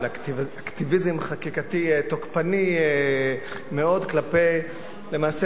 של אקטיביזם חקיקתי תוקפני מאוד כלפי למעשה